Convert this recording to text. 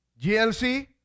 GLC